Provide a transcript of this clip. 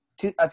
two